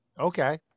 Okay